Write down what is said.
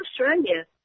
Australia